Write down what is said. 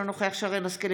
אינו נוכח שרן מרים השכל,